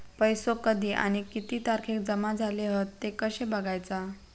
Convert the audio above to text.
पैसो कधी आणि किती तारखेक जमा झाले हत ते कशे बगायचा?